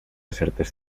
certes